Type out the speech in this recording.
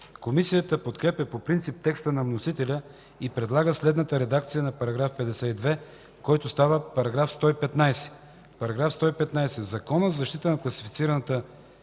Комисията подкрепя по принцип текста на вносителя и предлага следната редакция на § 52, който става § 115. „§ 115. В Закона за защита на класифицираната